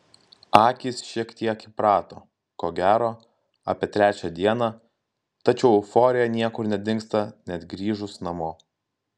akys šiek tiek įprato ko gero apie trečią dieną tačiau euforija niekur nedingsta net grįžus namo